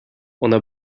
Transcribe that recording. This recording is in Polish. ona